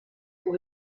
pour